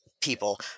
people